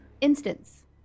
instance